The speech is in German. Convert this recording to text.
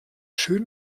schönen